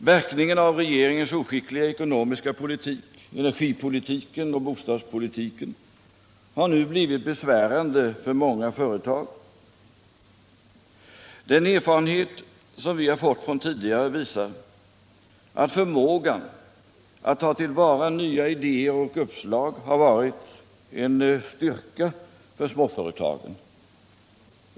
Verkningarna av regeringens oskickliga ekonomiska politik, energipolitiken och bostadspolitiken har nu blivit besvärande för många företag. Den erfarenhet som vi har fått tidigare visar att förmågan att ta till vara nya idéer och uppslag har varit en styrka för småföretagen.